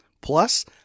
Plus